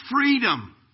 freedom